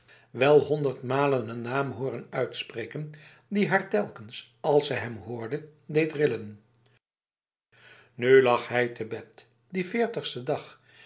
wel honderdmalen een naam horen uitspreken die haar telkens als ze hem hoorde deed rillen nu lag hij te bed die veertigste dag